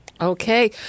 Okay